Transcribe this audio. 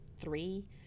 three